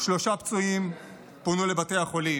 שלושה פצועים פונו לבתי החולים.